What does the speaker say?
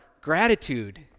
gratitude